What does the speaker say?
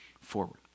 forward